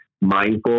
mindful